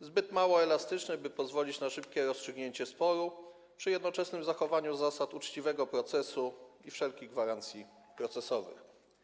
za mało elastyczny, by pozwalał na szybkie rozstrzygnięcie sporu przy jednoczesnym zachowaniu zasad uczciwego procesu i wszelkich gwarancji procesowych.